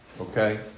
Okay